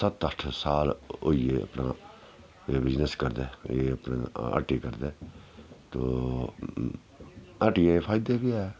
सत्त अट्ठ साल होई गे अपना बिजनेस करदे एह् अपना हट्टी करदे ते हट्टियै दे फायदे बी ऐ